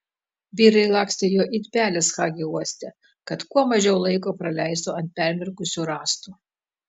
vyrai lakstė juo it pelės hagi uoste kad kuo mažiau laiko praleistų ant permirkusių rąstų